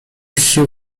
sił